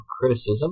criticism